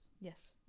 yes